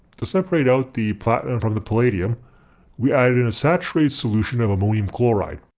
to separate out the platinum from the palladium we add in a saturated solution of ammonium chloride,